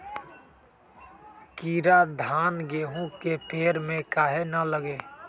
कीरा धान, गेहूं के पेड़ में काहे न लगे?